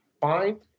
fine